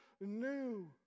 new